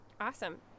Awesome